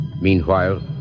Meanwhile